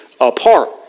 apart